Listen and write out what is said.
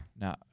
no